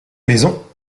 maison